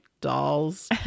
dolls